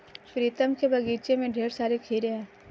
प्रीतम के बगीचे में ढेर सारे खीरे हैं